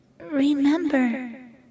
remember